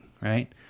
right